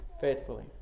faithfully